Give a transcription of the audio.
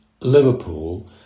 Liverpool